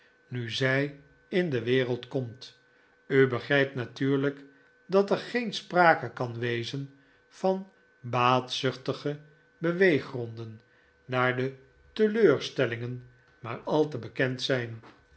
nu zij in de wereld komt u begrijpt natuurlijk dat er geen sprake kan wezen van baatzuchtige beweeggronden daar de teleurstellingen maar al te bekend zijn